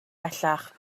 bellach